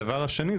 הדבר השני,